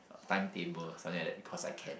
timetable something like that because I can